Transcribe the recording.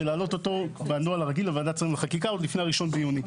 ולהעלות אותו בנוהל הרגיל לוועדת שרים וחקיקה עוד לפני האחד ביוני.